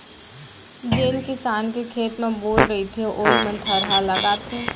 जेन किसान के खेत म बोर रहिथे वोइ मन थरहा लगाथें